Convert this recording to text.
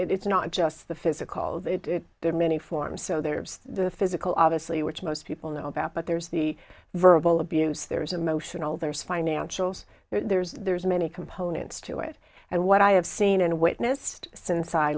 many it's not just the physical there are many forms so there's the physical obviously which most people know about but there's the verbal abuse there's emotional there's financials there's there's many components to it and what i have seen and witnessed since i